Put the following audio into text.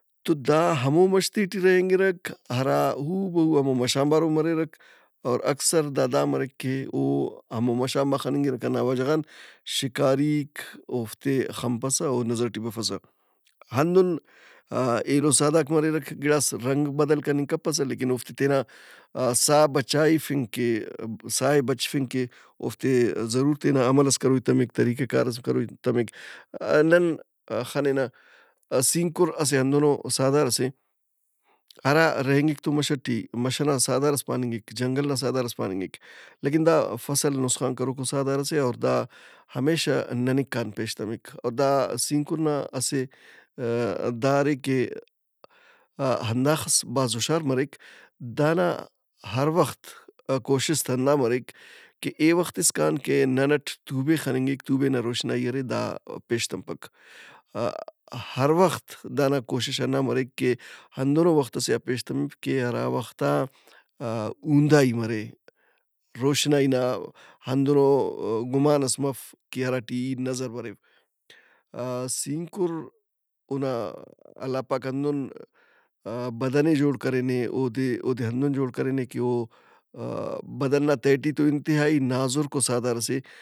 تو دا ہمو مَشتے ٹی رہینگرک ہرا ہُو بہو ہمو مَش آن بارو مریرک او اکثر دا دا مریک کہ او ہمو مش آن بار خنِنگرک۔ ہندا وجہ غان شکاریک اوفتے خنپسہ او نظر ئٹی بفسہ۔ ہندن آ- ایلو سہدارک مریرک گِڑاس رنگ بدل کننگ کپسہ لیکن اوفتے تینا ساہ بچائفنگ کہ سائے بچفنگ کہ اوفتے ضرور تینا عمل ئس کروئی تمک، طریقہ کارئس کروئی تمک۔ نن خنِنہ سِینکُر اسہ ہندنو سہدارس اے ہرا رہینگِک تو مَش ئٹی، مَش ئنا سہدارس پانِنگک، جنگل نا سہدارس پاننگک لیکن دا فصل نسخان کروکو سہدارس اے اور دا ہمیشہ ننیکان پیش تمک۔ اور دا سینکُر نا اسہ ا- دا ارے کہ ہنداخس بھاز ہُشار مریک۔ دانا ہر وخت کوشست ہندا مریک کہ اے وخت اسکان کہ نن اٹ تُوبے خننگک۔ تُوبے نا روشنائی ارے دا پیش تمپک۔ ا- ہر وخت دانا کوشش ہنّا مریک کہ ہندنو وخت ئسے آ پیش تمپ کہ ہرا وخت آ آ- اُوندائی مرے، روشنائی نا ہندنو گمان ئس مف کہ ہراٹی ای نظربریو۔ سِینکُراونا اللہ پاک ہندن اونا بدن ئے جوڑ کرینے اودے اودے ہندن جوڑ کرینے کہ او آ- بدن نا تہٹی تو بھاز نازرکو سہدارس اے۔